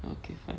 okay fine